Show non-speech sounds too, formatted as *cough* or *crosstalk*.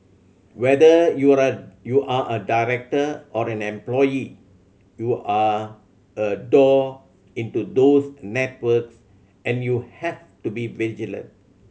whether you *unintelligible* you're a director or an employee you're a door into those networks and you have to be vigilant